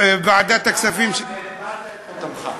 ישבת והטבעת את חותמך.